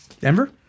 Denver